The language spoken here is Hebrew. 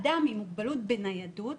אדם עם מוגבלות בניידות,